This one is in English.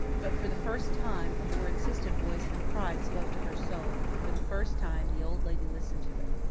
but, for the first time, a more insistent voice than pride spoke to her soul and, for the first time, the old lady listened to it.